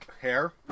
hair